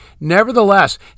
Nevertheless